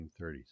1930s